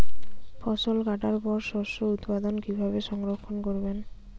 ফসল কাটার পর শস্য উৎপাদন কিভাবে সংরক্ষণ করবেন?